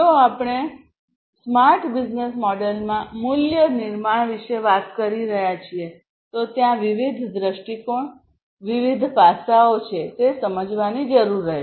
જો આપણે smart business મોડેલમાં મૂલ્ય નિર્માણ વિશે વાત કરી રહ્યા છીએ તો ત્યાં વિવિધ દ્રષ્ટિકોણ વિવિધ પાસાઓ છે તે સમજવાની જરૂર રહેશે